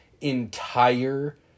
entire